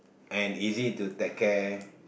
and easy to take care